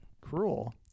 Cruel